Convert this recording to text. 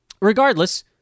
regardless